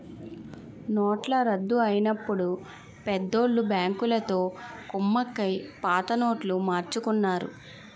నోట్ల రద్దు అయినప్పుడు పెద్దోళ్ళు బ్యాంకులతో కుమ్మక్కై పాత నోట్లు మార్చుకున్నారు